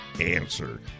answer